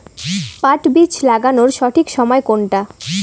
পাট বীজ লাগানোর সঠিক সময় কোনটা?